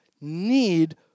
need